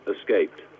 escaped